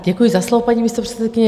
Děkuji za slovo, paní místopředsedkyně.